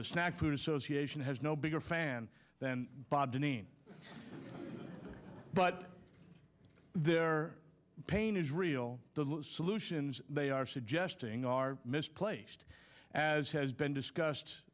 a snack food association has no bigger fan than bob dineen but their pain is real the solutions they are suggesting are misplaced as has been discussed